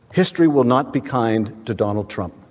history will not be kind to donald trump.